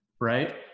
right